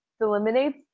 eliminates